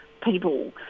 people